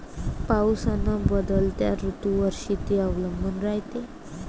पाऊस अन बदलत्या ऋतूवर शेती अवलंबून रायते